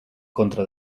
contra